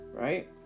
Right